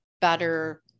better